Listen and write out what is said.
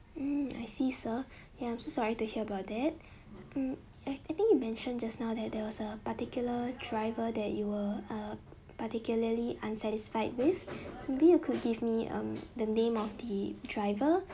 hmm I see sir ya I'm so sorry to hear about that hmm I think you mentioned just now that there was a particular driver that you were uh particularly unsatisfied with so maybe you could give me um the name of the driver